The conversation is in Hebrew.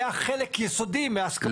היה חלק יסודי מההסכמה.